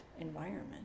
environment